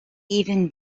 even